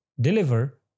deliver